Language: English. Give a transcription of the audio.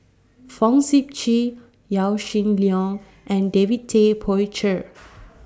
Fong Sip Chee Yaw Shin Leong and David Tay Poey Cher